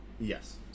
yes